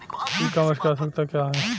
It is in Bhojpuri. ई कॉमर्स की आवशयक्ता क्या है?